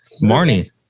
Marnie